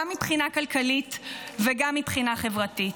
גם מבחינה כלכלית וגם מבחינה חברתית.